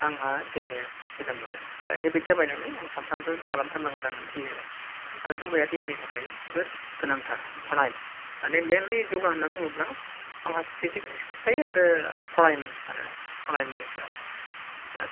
आंहा देहाया मोजां मोनो दा हेबिट जाबाय नालाय सानफ्रामबो खालामथारनांगौ जानानै फैयो आरो आरो योगाया देहानि थाखाय जोबोद गोनांथार फ्रनायाम माने मेनलि योगा होननना बुंब्ला माखासे फिजिकेल एक्सारसायस थायो आरो फ्रनायाम आरो फ्रनायामनि सायाव दा